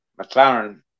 McLaren